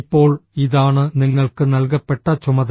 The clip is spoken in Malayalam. ഇപ്പോൾ ഇതാണ് നിങ്ങൾക്ക് നൽകപ്പെട്ട ചുമതല